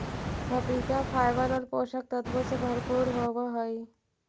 पपीता फाइबर और पोषक तत्वों से भरपूर होवअ हई